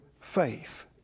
faith